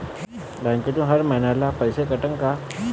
बँकेतून हर महिन्याले पैसा कटन का?